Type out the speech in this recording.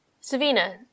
Savina